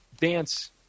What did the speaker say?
dance